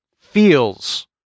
feels